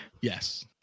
yes